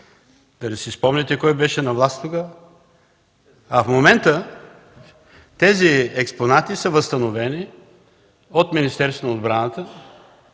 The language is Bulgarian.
Да си спомняте кой беше на власт тогава? В момента тези експонати са възстановени от Министерството на отбраната